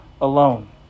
alone